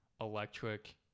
electric